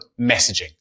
messaging